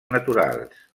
naturals